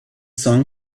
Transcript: song